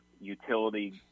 utility